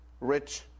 rich